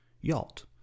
Yacht